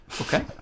Okay